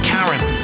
Karen